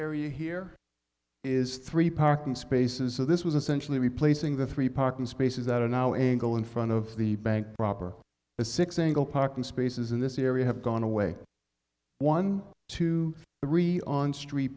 area here is three parking spaces so this was essentially replacing the three parking spaces that are now angle in front of the bank robber the six single parking spaces in this area have gone away one to three on street